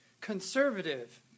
conservative